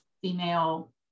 female